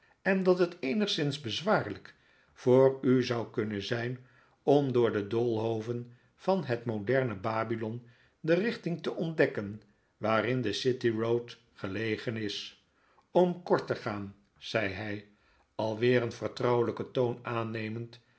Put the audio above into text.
en dat het eenigszins bezwaarlijk voor u zou kunnen zijn om door de doolhoven van het moderne babylon de richting te ontdekken waarin de city road gelegen is om kort te gaan zei hij alweer een vertrouwelijken toon aannemend